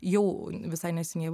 jau visai neseniai